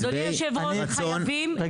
אדוני היושב-ראש, אנחנו